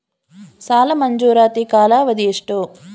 ಸಾಲ ಮಂಜೂರಾತಿ ಕಾಲಾವಧಿ ಎಷ್ಟು?